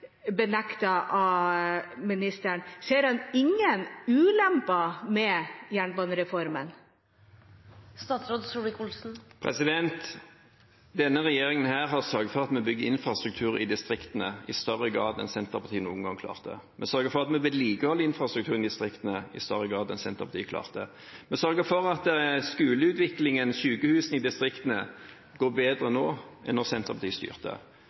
benektet av ministeren. Ser han ingen ulemper med jernbanereformen? Denne regjeringen har sørget for at vi bygger infrastruktur i distriktene i større grad enn Senterpartiet noen gang klarte. Vi sørger for at vi vedlikeholder infrastrukturen i distriktene i større grad enn Senterpartiet klarte. Vi sørger for at skoleutviklingen og sykehusene i distriktene går bedre nå enn da Senterpartiet styrte.